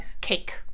cake